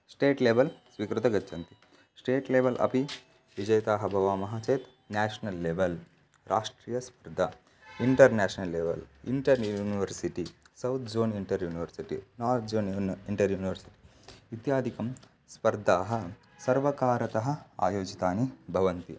state level स्वीकृत्य गच्छन्ति state level अपि विजेताः भवामः चेत् न्याषनल् लेवल् राष्ट्रियस्पर्धा international level inter university south zone inter university north zone यून् इटर् यूनर्सि इत्यादिकं स्पर्धाः सर्वकारतः आयोजितानि भवन्ति